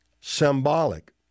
symbolic